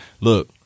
Look